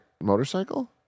motorcycle